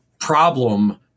problem